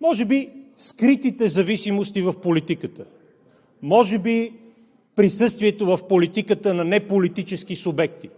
може би скритите зависимости в политиката, може би присъствието в политиката на неполитически субекти.